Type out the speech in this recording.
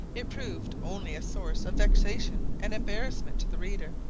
it proved only a source of vexation and embarrassment to the reader,